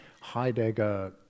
Heidegger